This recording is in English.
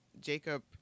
Jacob